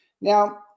Now